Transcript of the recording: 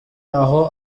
aho